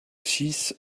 six